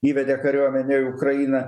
įvedė kariuomenę į ukrainą